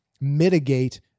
mitigate